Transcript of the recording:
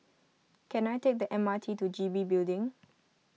can I take the M R T to G B Building